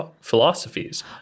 philosophies